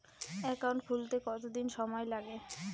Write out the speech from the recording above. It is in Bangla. একাউন্ট খুলতে কতদিন সময় লাগে?